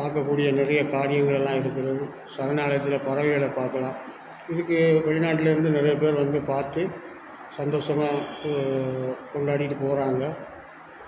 பார்க்கக்கூடிய நிறைய காரியங்களெல்லாம் இருக்கிறது சரணாலயத்தில் பறவைகளை பார்க்கலாம் இதுக்கு வெளிநாட்டுலருந்து நிறைய பேர் வந்து பார்த்து சந்தோஷமாக கொண்டாடிகிட்டு போகறாங்க